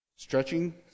Stretching